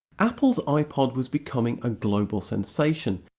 apple's ipod was becoming a global sensation,